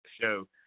show